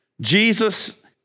Jesus